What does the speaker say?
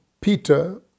Peter